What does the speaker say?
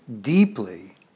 deeply